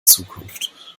zukunft